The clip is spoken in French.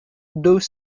deux